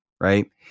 right